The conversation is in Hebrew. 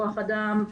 כוח אדם,